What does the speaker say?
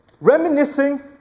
Reminiscing